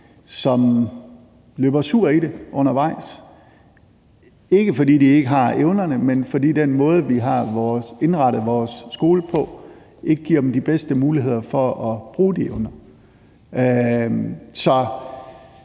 som løber sur i det undervejs, ikke fordi de ikke har evnerne, men fordi den måde, vi har indrettet vores skole på, ikke giver dem de bedste muligheder for at bruge de evner.